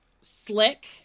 slick